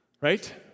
Right